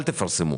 אל תפרסמו.